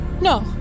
No